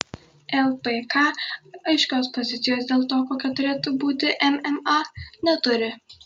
lpk aiškios pozicijos dėl to kokia turėtų būti mma neturi